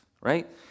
Right